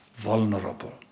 vulnerable